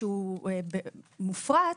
שהוא מופרט,